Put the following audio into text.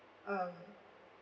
um